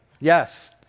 yes